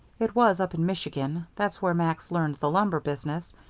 it was up in michigan. that's where max learned the lumber business.